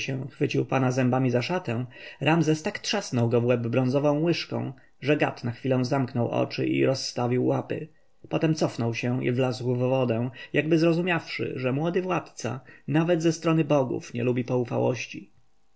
się chwycił pana zębami za szatę ramzes tak trzasnął go w łeb bronzową łyżką że gad na chwilę zamknął oczy i rozstawił łapy potem cofnął się i wlazł w wodę jakby zrozumiawszy że młody władca nawet ze strony bogów nie lubi poufałości